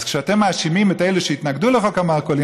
אז כשאתם מאשימים את אלה שהתנגדו לחוק המרכולים,